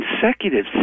consecutive